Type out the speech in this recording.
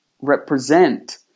represent